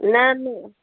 न न